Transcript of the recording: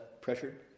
pressured